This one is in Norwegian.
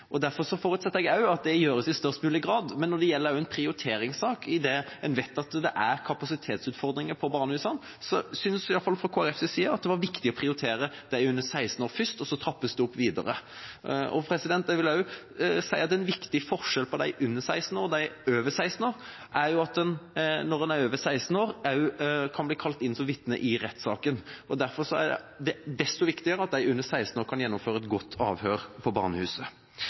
barnehus. Derfor forutsetter jeg at det gjøres i størst mulig grad. Men det er også en prioriteringssak. I og med at en vet at det er kapasitetsutfordringer ved barnehusene, syntes vi i hvert fall fra Kristelig Folkepartis side at det var viktig å prioritere de under 16 år først, og så trappe det videre opp. Jeg vil også si at en viktig forskjell mellom dem under 16 år og dem over 16 år er at en når en er over 16 år, kan bli kalt inn som vitne i rettssaken. Derfor er det desto viktigere at de under 16 år kan gjennomføre et godt avhør på barnehuset.